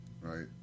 Right